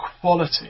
quality